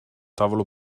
tavolo